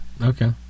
Okay